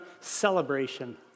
celebration